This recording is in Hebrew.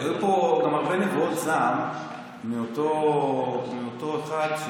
היו פה גם הרבה נבואות זעם מאותו אחד,